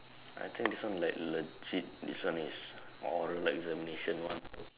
I think this one like legit this one is oral examination one